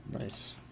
Nice